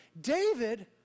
David